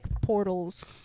portals